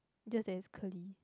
just that is curly